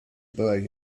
boy